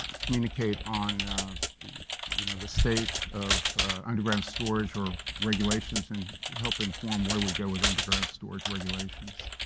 communicate on the you know the state of underground storage or regulations and help inform where we go with underground storage regulations.